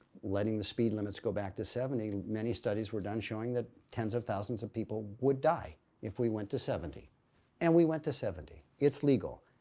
letting the speed limits go back to seventy, many studies were done showing that tens of thousands of people would die if we went to seventy and we went to seventy. it's legal.